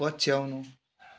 पछ्याउनु